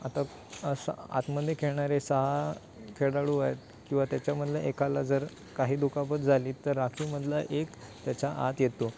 आता असा आतमध्ये खेळणारे सहा खेळाडू आहेत किंवा त्याच्यामधलं एकाला जर काही दुखापत झाली तर राखीवमधला एक त्याच्या आत येतो